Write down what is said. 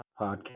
Podcast